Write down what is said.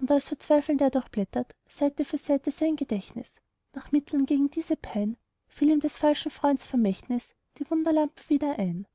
und als verzweifelnd er durchblättert seite für seite sein gedächtnis nach mitteln gegen diese pein fiel ihm des falschen freunds vermächtnis die wunderlampe wieder ein